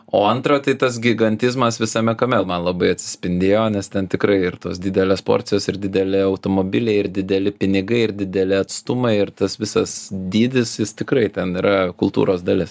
o antra tai tas gigantizmas visame kame man labai atsispindėjo nes ten tikrai ir tos didelės porcijos ir dideli automobiliai ir dideli pinigai ir dideli atstumai ir tas visas dydis jis tikrai ten yra kultūros dalis